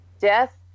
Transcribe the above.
Death